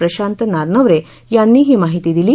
प्रशांत नारनवरे यांनी ही माहिती दिली आहे